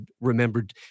remembered